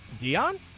Dion